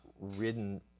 ridden